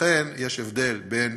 ולכן יש הבדל בין